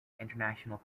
international